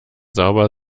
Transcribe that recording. sauber